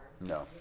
No